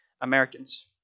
Americans